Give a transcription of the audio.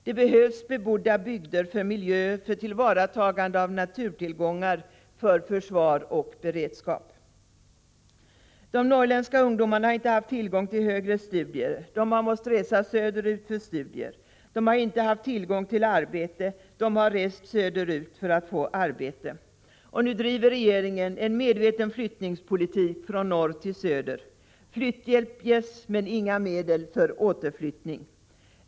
Det behövs bebodda bygder för miljö, för tillvaratagande av naturtillgångar, för försvar och beredskap. De norrländska ungdomarna har inte haft tillgång till högre studier — de har måst resa söderut för studier. De har inte haft tillgång till arbete — de har rest söderut för att få arbete. Nu driver regeringen en medveten flyttningspolitik från norr till söder. Flytthjälp ges men inga medel för återflyttning.